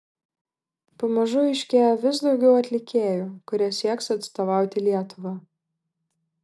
pamažu aiškėja vis daugiau atlikėjų kurie sieks atstovauti lietuvą